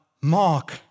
Mark